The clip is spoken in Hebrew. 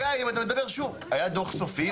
גיא, אם אתה מדבר, שוב, היה דוח סופי.